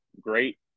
great